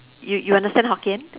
you you understand Hokkien